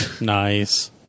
Nice